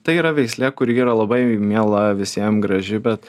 tai yra veislė kuri yra labai miela visiem graži bet